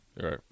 Right